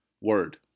Word